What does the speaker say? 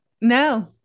No